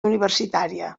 universitària